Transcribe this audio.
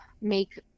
make